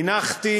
הנחתי